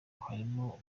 harimo